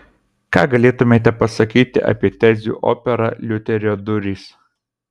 ką galėtumėte pasakyti apie tezių operą liuterio durys